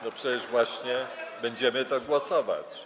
No przecież właśnie będziemy nad tym głosować.